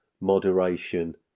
moderation